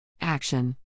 Action